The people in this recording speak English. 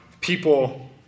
people